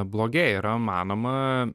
blogėja yra manoma